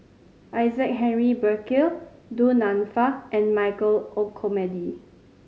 Isaac Henry Burkill Du Nanfa and Michael Olcomendy